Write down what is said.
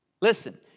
listen